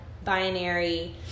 Binary